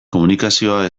komunikazioa